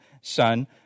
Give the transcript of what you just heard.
son